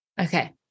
Okay